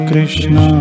Krishna